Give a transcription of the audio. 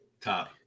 top